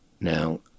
Now